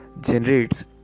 generates